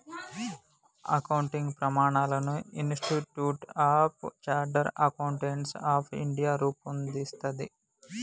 accounting ప్రమాణాలను Institute of Chartered Accountants of India రూపొందిస్తది